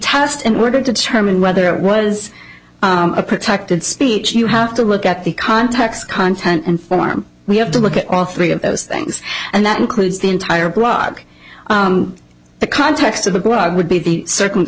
test in order to determine whether it was a protected speech you have to look at the context content and form we have to look at all three of those things and that includes the entire blog the context of a god would be the certain